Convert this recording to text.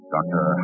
Doctor